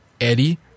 Eddie